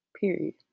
Period